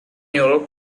neural